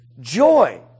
joy